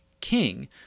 king